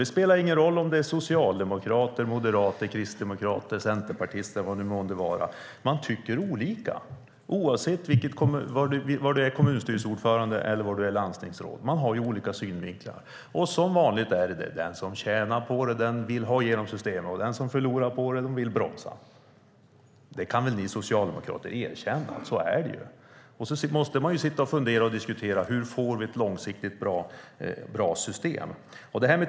Det spelar ingen roll om man är socialdemokrat, moderat, kristdemokrat eller centerpartist - man tycker olika oavsett var man är kommunstyrelseordförande eller landstingsråd. Man har olika synvinklar. Den som tjänar på det vill ha igenom systemet, och den som förlorar på det vill bromsa. Ni socialdemokrater kan väl erkänna att det är så? Man måste diskutera och fundera på hur man får ett långsiktigt bra system.